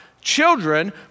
children